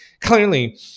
Clearly